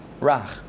rach